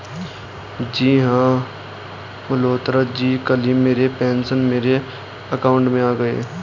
जी हां मल्होत्रा जी कल ही मेरे पेंशन मेरे अकाउंट में आ गए